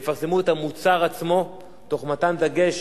הם יפרסמו את המוצר עצמו תוך מתן דגש